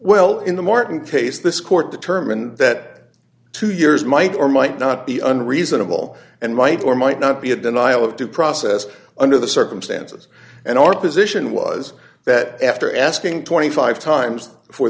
well in the martin case this court determined that two years might or might not be an reasonable and might or might not be a denial of due process under the circumstances and our position was that after asking twenty five